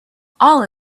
all